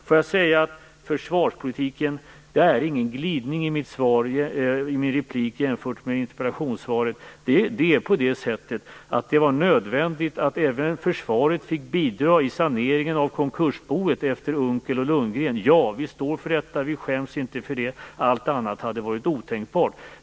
Låt mig beträffande försvarspolitiken säga att det inte är någon glidning i min replik i förhållande till interpellationssvaret. Det var nödvändigt att även försvaret fick bidra till saneringen av konkursboet efter Unckel och Lundgren. Vi står för detta, och vi skäms inte för det. Allt annat hade varit otänkbart.